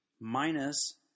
minus